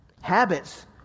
Habits